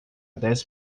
dez